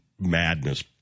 madness